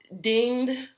dinged